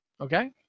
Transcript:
Okay